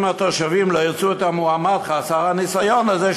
אם התושבים לא ירצו את המועמד חסר הניסיון הזה,